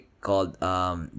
called